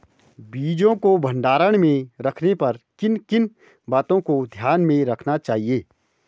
बीजों को भंडारण में रखने पर किन किन बातों को ध्यान में रखना चाहिए?